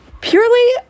purely